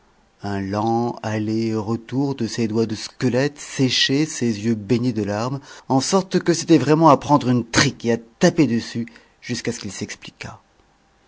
un lent aller et retour de ses doigts de squelette séchait ses yeux baignés de larmes en sorte que c'était vraiment à prendre une trique et à taper dessus jusqu'à ce qu'il s'expliquât